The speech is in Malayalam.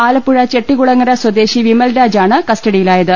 ആലപ്പുഴ ചെട്ടികുളങ്ങര സ്വദേശി വിമൽ രാജാണ് കസ്റ്റഡിലായത്